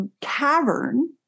cavern